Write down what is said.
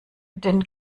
den